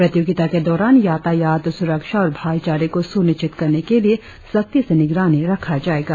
प्रतियोगिता के दौरान यातायात सुरक्षा और भाईचारे को सुनिश्चित करने के लिए सख्ती से निगरानी रखा जाएगा